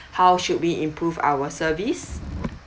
how should we improve our service